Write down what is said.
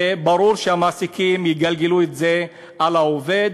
ברור שהמעסיקים יגלגלו את זה על העובד,